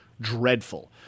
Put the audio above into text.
dreadful